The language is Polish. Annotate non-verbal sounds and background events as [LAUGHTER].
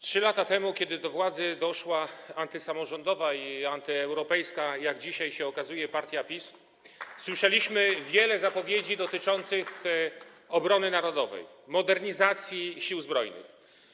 3 lata temu, kiedy do władzy doszła antysamorządowa i antyeuropejska, jak się dzisiaj okazuje, partia PiS, [APPLAUSE] słyszeliśmy wiele zapowiedzi dotyczących obrony narodowej, modernizacji Sił Zbrojnych.